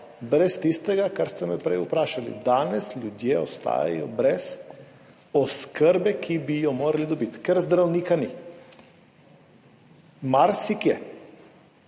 brez tistega, kar ste me prej vprašali. Danes ljudje ostajajo brez oskrbe, ki bi jo morali dobiti, ker zdravnika ni. Marsikje,